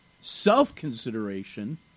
self-consideration